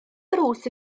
ddrws